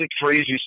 crazy